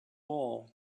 wool